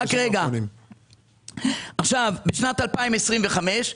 בשנת 2025,